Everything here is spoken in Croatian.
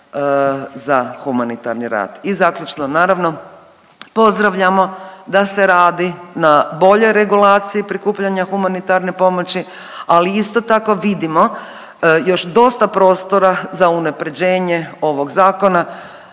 za humanitarni rad. I zaključno naravno pozdravljamo da se radi na boljoj regulaciji prikupljanja humanitarne pomoći, ali isto tako vidimo još dosta prostora za unapređenje ovog zakona